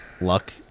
Luck